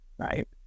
Right